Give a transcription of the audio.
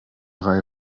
reihe